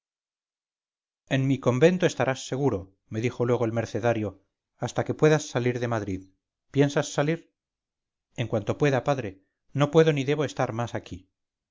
en mi convento estarás seguro me dijo luego el mercenario hasta que puedas salir de madrid piensas salir en cuanto pueda padre no puedo ni debo estar más aquí